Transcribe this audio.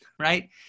Right